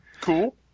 Cool